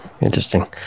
Interesting